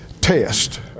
test